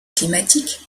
climatiques